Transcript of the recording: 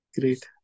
Great